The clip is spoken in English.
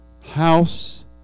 house